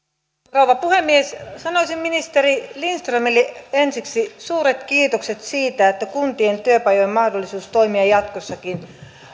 rouva puhemies sanoisin ministeri lindströmille ensiksi suuret kiitokset siitä että kuntien työpajojen mahdollisuus toimia jatkossakin